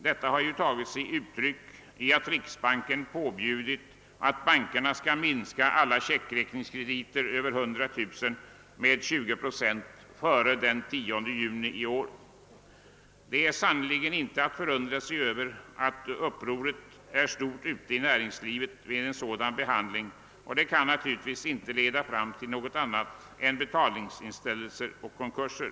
Detta krav har tagit sig uttryck däri att riksbanken påbjudit att bankerna före den 10 juni i år skall minska alla checkräkningskrediter på över 100000 kronor med 20 procent. Det är sannerligen inte att förundra sig över att man inom näringslivet är mycket upprörd över en sådan behandling, som inte kan leda till annat än betalningsinställelser och konkurser.